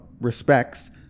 respects